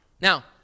Now